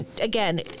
again